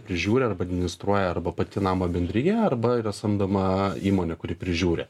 prižiūri arba administruoja arba pati namo bendrija arba yra samdoma įmonė kuri prižiūri